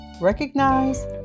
Recognize